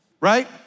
Right